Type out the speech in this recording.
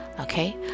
okay